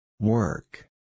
Work